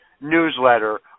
Newsletter